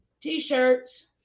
T-shirts